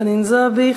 חנין זועבי,